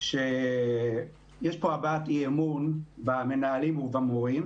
שיש פה הבעת אי-אמון במנהלים ובמורים,